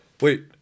Wait